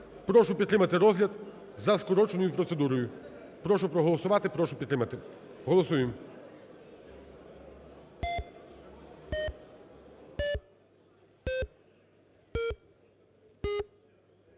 Прошу підтримати розгляд за скороченою процедурою. Прошу проголосувати, прошу підтримати, голосуємо.